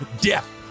death